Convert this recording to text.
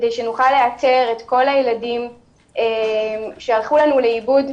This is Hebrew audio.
כדי שנוכל לאתר את כל הילדים שהלכו לנו לאיבוד,